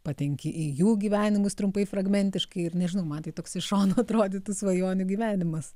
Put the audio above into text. patenki į jų gyvenimus trumpai fragmentiškai ir nežinau man tai toks iš šono atrodytų svajonių gyvenimas